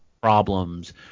problems